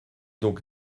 donc